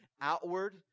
outward